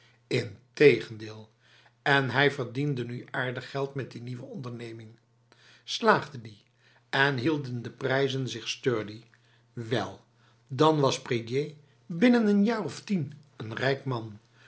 lntegendeel en hij verdiende nu aardig geld met die nieuwe ondernerning slaagde die en hielden de prijzen zich sturdy wel dan was prédier binnen n jaar of tien een rijk man